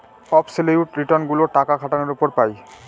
absolute return গুলো টাকা খাটানোর উপর পাই